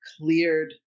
cleared